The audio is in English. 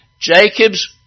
Jacob's